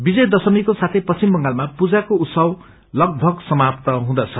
विजय दशमीको साथे पश्चिम बंगालमा पूजाको उत्साह लगभग समाप्त हुँदछ